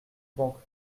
banque